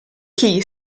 chi